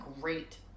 great